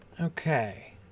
Okay